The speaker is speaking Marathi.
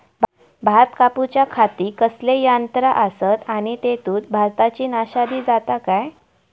भात कापूच्या खाती कसले यांत्रा आसत आणि तेतुत भाताची नाशादी जाता काय?